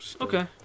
Okay